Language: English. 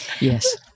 Yes